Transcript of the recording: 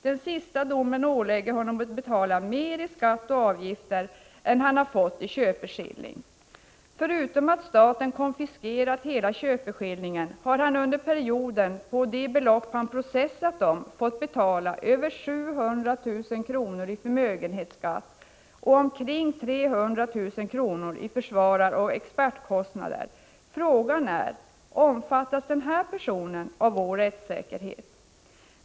Den sista domen ålägger honom att betala mer i skatt och avgifter än han har fått i köpeskilling. Förutom att staten konfiskerat hela köpeskillingen har Åström under perioden på det belopp han processat om fått betala över 700 000 kr. i förmögenhetsskatt och omkring 300 000 kr. i försvararoch expertkostnader. Frågan är: Omfattas denna person av vår rättssäkerhet?